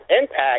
impact